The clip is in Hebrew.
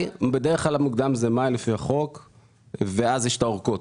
בדרך כלל המוקדם זה מאי, ואז יש את האורכות.